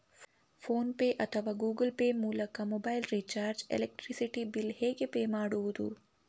Phone pay ಅಥವಾ Google Pay ಮೂಲಕ mobile recharge, electricity bill ಹೇಗೆ ಪೇ ಮಾಡುವುದು?